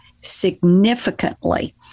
significantly